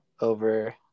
over